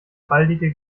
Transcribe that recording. baldige